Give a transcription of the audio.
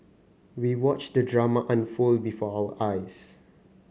we watched the drama unfold before our eyes